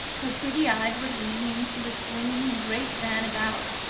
her pretty eyes were gleaming, she was swinging her great fan about.